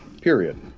period